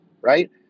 right